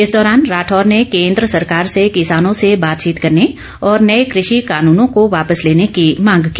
इस दौरान राठौर ने केंद्र सरकार से किसानों से बातचीत करने और नये कृषि कानूनों को वापस लेने की मांग की